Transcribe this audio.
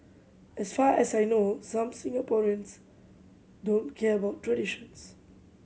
as far as I know some Singaporeans don't care about traditions